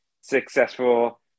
successful